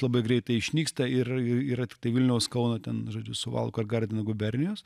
labai greitai išnyksta ir ir yra tiktai vilniaus kauno ten žodžiu suvalkų ar gardino gubernijos